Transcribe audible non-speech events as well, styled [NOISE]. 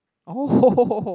oh [NOISE]